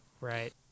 Right